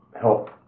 help